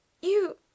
You—